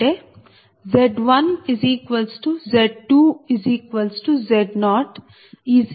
అంటే Z1Z2Z0Zl